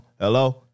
Hello